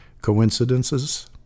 coincidences